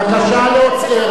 בבקשה להוציא.